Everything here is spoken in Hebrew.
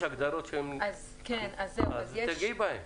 יש הגדרות, אז תגעי בהן.